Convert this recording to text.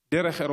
דרך אירופה.